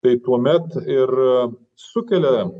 tai tuomet ir sukelia